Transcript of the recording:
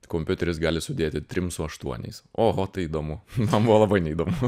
kompiuteris gali sudėti trim su aštuoniais oho tai įdomu man buvo labai neįdomu